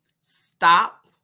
Stop